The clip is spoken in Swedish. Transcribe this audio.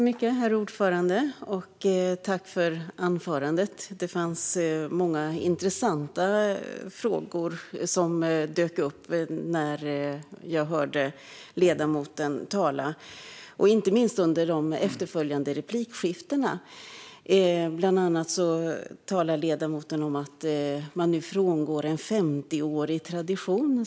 Herr talman! Jag tackar för anförandet. Det var många intressanta frågor som dök upp när jag hörde ledamoten tala och inte minst under de efterföljande replikskiftena. Bland annat talade ledamoten om att man nu frångår en 50-årig tradition.